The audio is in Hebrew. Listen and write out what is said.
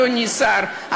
אדוני השר,